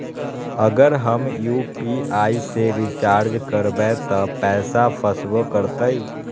अगर हम यू.पी.आई से रिचार्ज करबै त पैसा फसबो करतई?